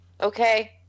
okay